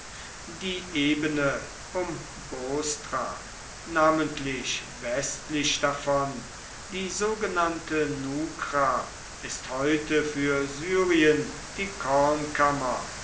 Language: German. die ebene um bostra namentlich westlich davon die sogenannte nukra ist heute für syrien die